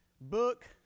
book